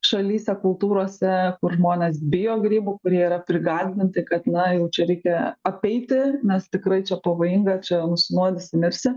šalyse kultūrose kur žmonės bijo grybų kurie yra prigąsdinti kad na jau čia reikia apeiti nes tikrai čia pavojinga čia nusinuodysi mirsi